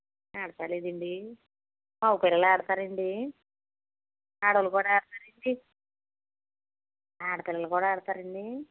ఆడలేదండి మగపిల్లలు ఆడతారండి ఆడవాళ్ళు కూడా ఆడతారండి ఆడపిల్లలు కూడా ఆడతారండి